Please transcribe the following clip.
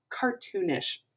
cartoonish